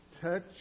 touch